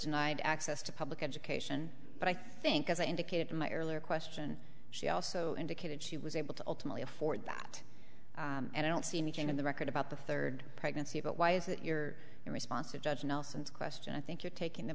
denied access to public education but i think as i indicated in my earlier question she also indicated she was able to ultimately afford that and i don't see anything in the record about the third pregnancy but why is that your response to judge nelson's question i think you're taking the